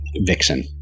vixen